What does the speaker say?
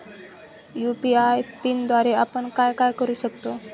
UPI पिनद्वारे आपण काय काय करु शकतो?